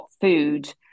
food